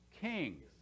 kings